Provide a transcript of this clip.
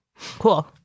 Cool